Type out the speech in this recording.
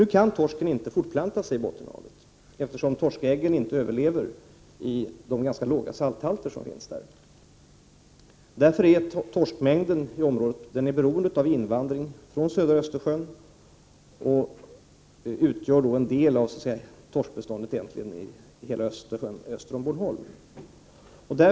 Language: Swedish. Nu kan torsken inte fortplanta sig i Bottenhavet, eftersom torskäggen inte överlever i de ganska låga salthalter som finns där. Torskmängden i området är därför beroende av invandring från södra Östersjön och utgör då en del av torskbeståndet i hela Östersjön öster om Bornholm.